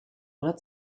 oder